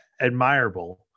admirable